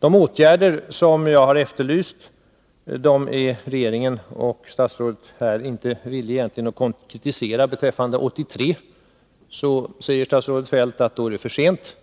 De åtgärder som jag har efterlyst är regeringen och statsrådet inte villiga att konkretisera här. Beträffande 1983 säger statsrådet Feldt att det är för sent,